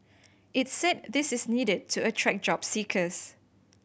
it said this is needed to attract job seekers